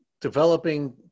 developing